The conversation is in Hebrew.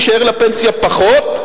יישאר לפנסיה פחות,